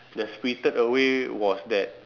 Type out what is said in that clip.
the spirited away was that